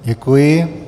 Děkuji.